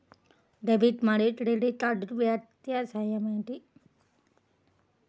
Debit మరియు credit కార్డ్లకు వ్యత్యాసమేమిటీ?